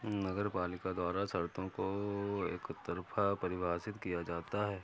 नगरपालिका द्वारा शर्तों को एकतरफा परिभाषित किया जाता है